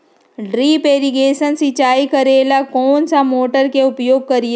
Drip irrigation सिंचाई करेला कौन सा मोटर के उपयोग करियई?